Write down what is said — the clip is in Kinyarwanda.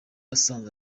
asanzwe